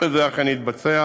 זה אכן יתבצע.